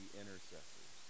intercessors